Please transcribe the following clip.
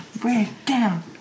Breakdown